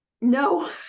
no